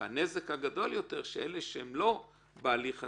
והנזק הגדול יותר הוא לאלה שהם לא בהליך הזה,